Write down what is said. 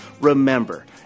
Remember